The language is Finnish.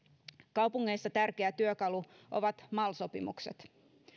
kaupungeissa tärkeä työkalu ovat mal sopimukset